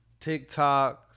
TikToks